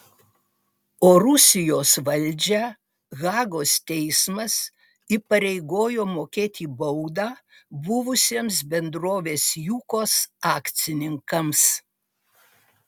o rusijos valdžią hagos teismas įpareigojo mokėti baudą buvusiems bendrovės jukos akcininkams